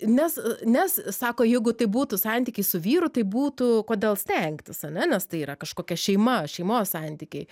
nes nes sako jeigu tai būtų santykiai su vyru tai būtų kodėl stengtis ane nes tai yra kažkokia šeima šeimos santykiai